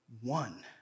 one